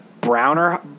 Browner